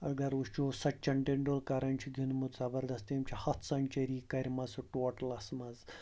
اگر وٕچھو سٕچِن ٹنٛڈوٗلکَرَن چھِ گِںٛدمُت زبردَس تٔمۍ چھِ ہَتھ سَنچٔری کَرِمَژٕ سُہ ٹوٹلَس منٛز